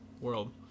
world